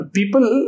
People